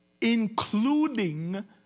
including